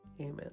Amen